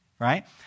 Right